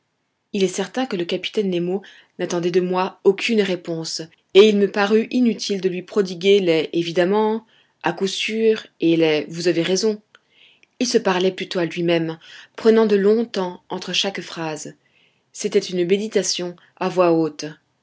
il est certain que le capitaine nemo n'attendait de moi aucune réponse et il me parut inutile de lui prodiguer les evidemment les a coup sûr et les vous avez raison il se parlait plutôt à lui-même prenant de longs temps entre chaque phrase c'était une méditation à voix haute